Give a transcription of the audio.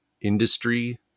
industry